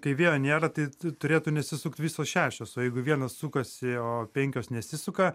kai vėjo nėra tai tu turėtų nesisukt visos šešios o jeigu viena sukasi o penkios nesisuka